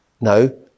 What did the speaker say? No